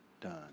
done